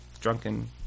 drunken